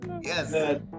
Yes